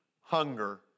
hunger